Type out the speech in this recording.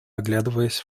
оглядываясь